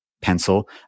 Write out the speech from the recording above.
pencil